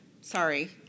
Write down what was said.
sorry